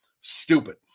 Stupid